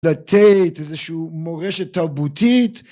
לתת איזשהו מורשת תרבותית